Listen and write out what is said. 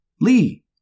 Lee